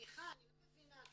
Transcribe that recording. סליחה, אני לא מבינה.